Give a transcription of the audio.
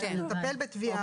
כמה זמן לוקח לטפל בתביעה.